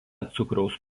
cukraus